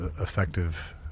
effective